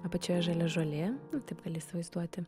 apačioje žalia žolė taip gali įsivaizduoti